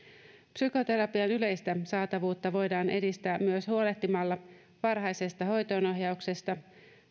psykoterapian yleistä saatavuutta voidaan edistää myös huolehtimalla varhaisesta hoitoonohjauksesta